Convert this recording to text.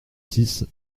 six